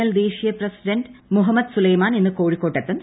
L ദേശീയ president Muhammad Sulaiman ഇന്ന് കോഴിക്കോട്ട് എത്തും